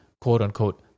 quote-unquote